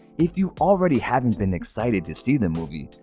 if you already haven't been excited to see the movie,